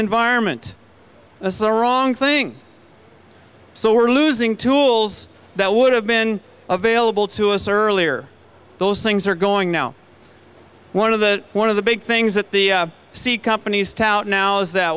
environment that's the wrong thing so we're losing tools that would have been available to us earlier those things are going now one of the one of the big things that the sea companies tout now is that